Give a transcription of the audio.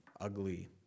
Ugly